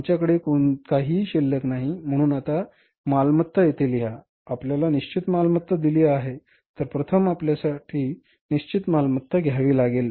आमच्याकडे काहीही शिल्लक नाही म्हणून आता मालमत्ता येथे लिहा आपल्याला निश्चित मालमत्ता दिली आहे तर प्रथम आपल्याला निश्चित मालमत्ता घ्यावी लागेल